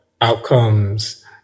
outcomes